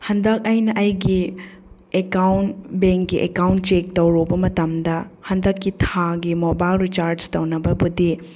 ꯍꯟꯗꯛ ꯑꯩꯅ ꯑꯩꯒꯤ ꯑꯦꯀꯥꯎꯟ ꯕꯦꯡꯒꯤ ꯑꯦꯀꯥꯎꯟ ꯆꯦꯛ ꯇꯧꯔꯨꯕ ꯃꯇꯝꯗ ꯍꯟꯗꯛꯀꯤ ꯊꯥꯒꯤ ꯃꯣꯕꯥꯏꯜ ꯔꯤꯆꯥꯔꯖ ꯇꯧꯅꯕꯕꯨꯗꯤ